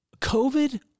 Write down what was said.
COVID